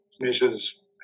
measures